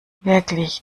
wirklich